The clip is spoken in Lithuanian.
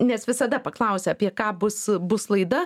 nes visada paklausia apie ką bus bus laida